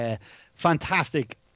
fantastic